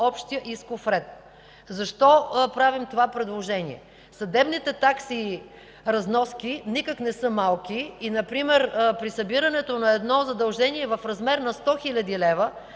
общия исков ред. Защо правим това предложение? Съдебните такси и разноски никак не са малки и например при събирането на едно задължение в размер на 100 хил. лв.